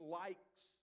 likes